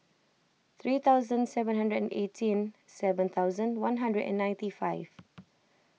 three thousand seven hundred and eighteen seven thousand one hundred and ninety five